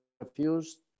refused